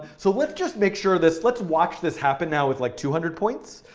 so let's just make sure this let's watch this happen now with like two hundred points.